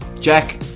Jack